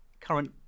current